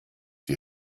die